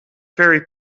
very